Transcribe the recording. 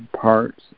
parts